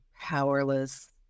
powerless